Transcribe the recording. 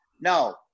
No